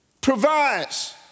provides